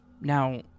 Now